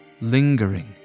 lingering